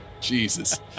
Jesus